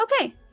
Okay